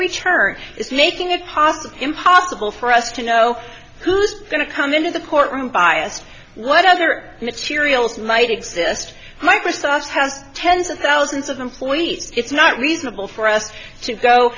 it's making a hostile impossible for us to know who's going to come into the courtroom biased what other materials might exist microsoft has tens of thousands of employees it's not reasonable for us to go